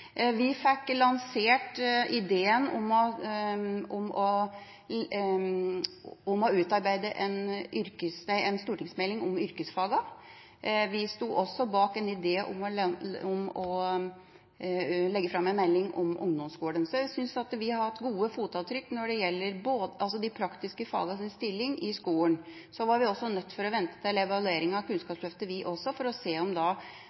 Vi fikk lansert ideen om å utarbeide en stortingsmelding om yrkesfagene. Vi sto også bak ideen om å legge fram en melding om ungdomsskolen. Så jeg synes vi har satt gode fotavtrykk når det gjelder de praktiske fagenes stilling i skolen. Så var vi nødt til å vente til evalueringen av Kunnskapsløftet – vi også – for å se om